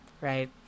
right